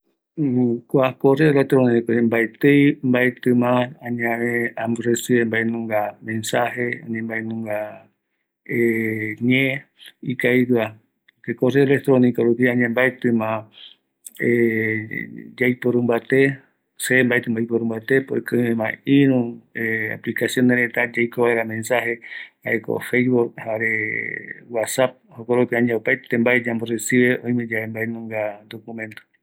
Kua correo electronicore mbaetima añae amborresive mbaenunga mensaje, ani mbaenunga ñe ikavigueva se correo rupi añae mbaetima añae yaiporu mbate, se mbaetima aiporumbate, porque oimema irü aplicaciones reta, yaikua vaera mensaje, jaeko feibook jare wassat jokoropi añae opaete mbae yamborresive, oimeyave mbaenunga documento